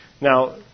Now